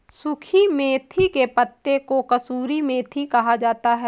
सुखी मेथी के पत्तों को कसूरी मेथी कहा जाता है